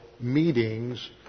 meetings